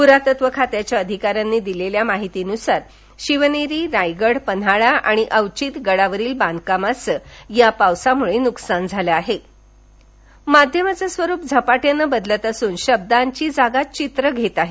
पुरातत्व खात्याच्या अधिकाऱ्यांनी दिलेल्या माहितीनुसार शिवनेरी रायगड पन्हाळा आणि अवचितगडावरील बांधकामाचं या पावसामुळे नुकसान झालं आहे माध्यमांच स्वरुप झपाट्याने बद्लत असून शब्दांची जागा चित्र घेत आहेत